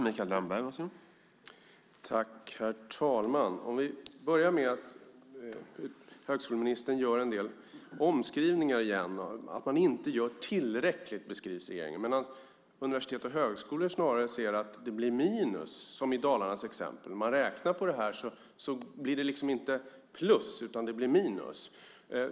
Herr talman! Högskoleministern gör en del omskrivningar igen om att man inte gör tillräckligt. Men universitet och högskolor ser snarare att det blir minus, till exempel i Dalarna. När man räknar på detta blir det inte plus utan minus.